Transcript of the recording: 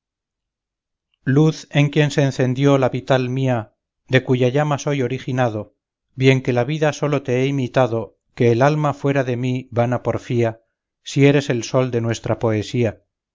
luz en quien se encendió la vital mía de cuya llama soy originado bien que la vida sólo te he imitado que el alma fuera en mí vana porfía si eres el sol de nuestra pesía